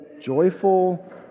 joyful